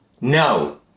no